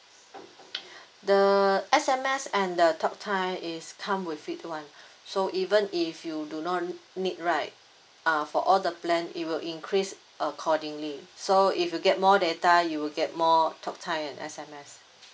the S_M_S and the talk time is come with it one so even if you do not need right uh for all the plan it will increase accordingly so if you get more data you will get more talk time and S_M_S